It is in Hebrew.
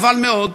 חבל מאוד,